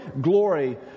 Glory